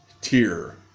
tier